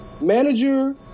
Manager